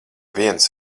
viens